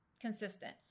consistent